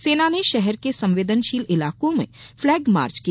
सेना ने शहर के संवेदनशील इलाकों में फ्लैग मार्च किया